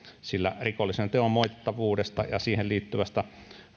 sillä rikollisen teon moitittavuudesta ja siihen liittyvästä